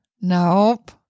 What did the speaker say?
Nope